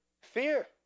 Fear